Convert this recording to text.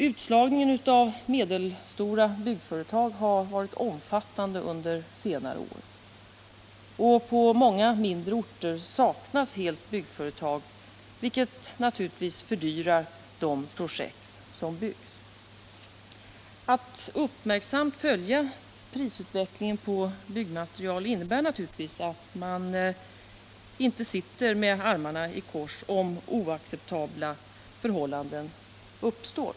Utslagningen av medelstora byggföretag har varit omfattande under senare år, och på många mindre orter saknas helt byggföretag, vilket naturligtvis fördyrar de projekt som byggs. Att uppmärksamt följa prisutvecklingen på byggmateriel innebär naturligtvis att man inte sitter med armarna i kors om oacceptabla förhållanden uppstår.